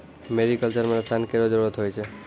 मेरी culture म रसायन केरो जरूरत होय छै